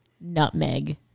nutmeg